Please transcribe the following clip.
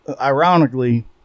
ironically